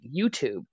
YouTube